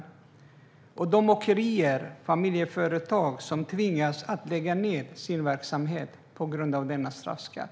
Vad säger du till de åkerier - familjeföretag - som tvingas lägga ned sina verksamheter på grund av denna straffskatt?